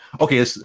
okay